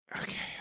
okay